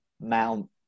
Mount